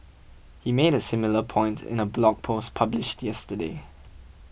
he made a similar point in a blog post published yesterday